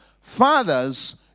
Fathers